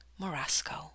Morasco